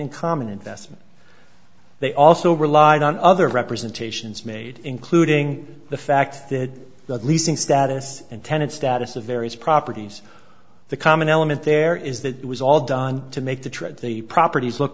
in common investment they also relied on other representations made including the fact that leasing status and tenant status of various properties the common element there is that it was all done to make the trip the properties look